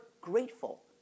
grateful